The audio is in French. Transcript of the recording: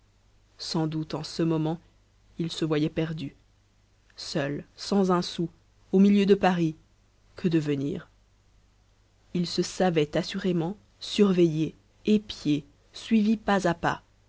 sans doute en ce moment il se voyait perdu seul sans un sou au milieu de paris que devenir il se savait assurément surveillé épié suivi pas à pas